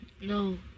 No